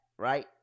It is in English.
right